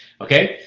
okay?